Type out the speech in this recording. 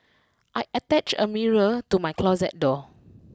I attached a mirror to my closet door